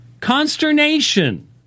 consternation